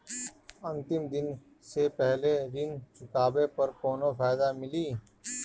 अंतिम दिन से पहले ऋण चुकाने पर कौनो फायदा मिली?